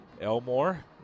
Elmore